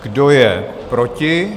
Kdo je proti?